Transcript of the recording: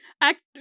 act